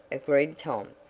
agreed tom.